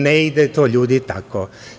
Ne ide to, ljudi, tako.